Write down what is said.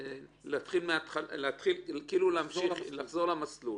כאילו לחזור למסלול.